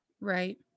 right